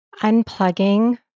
Unplugging